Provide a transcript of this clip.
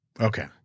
Okay